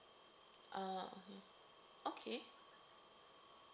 uh okay